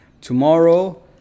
tomorrow